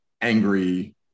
angry